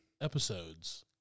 episodes